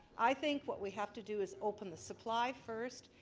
i think what we have to do is open the supply first,